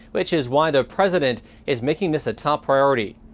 which is why the president is making this a top priority.